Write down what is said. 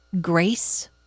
grace